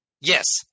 Yes